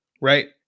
Right